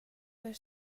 their